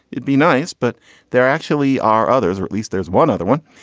it'd be nice, but there actually are others or at least there's one other one.